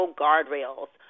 guardrails